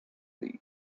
this